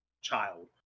child